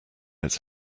its